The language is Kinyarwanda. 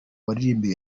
waririmbye